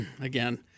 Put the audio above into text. again